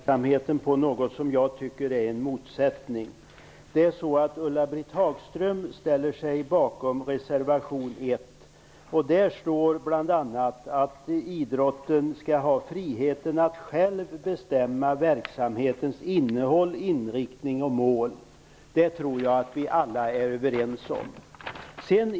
Herr talman! Jag vill bara fästa uppmärksamheten på något som jag tycker är en motsättning. Ulla-Britt Hagström ställer sig bakom reservation 1. Där står bl.a. att idrotten skall ha friheten att själv bestämma verksamhetens innehåll, inriktning och mål. Det tror jag att vi alla är överens om.